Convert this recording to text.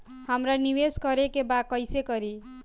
हमरा निवेश करे के बा कईसे करी?